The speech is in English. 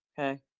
okay